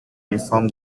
reform